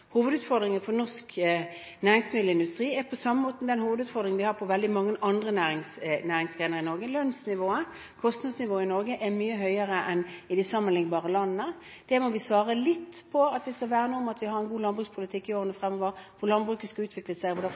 Hovedutfordringen for norsk næringsmiddelindustri er på samme måten den hovedutfordringen vi har for veldig mange andre næringsgrener i Norge. Lønnsnivået, kostnadsnivået er mye høyere enn i de sammenlignbare landene. Det må vi svare på: Vi skal verne om at vi har en god landbrukspolitikk i årene fremover hvor landbruket skal utvikle seg,